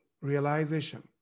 realization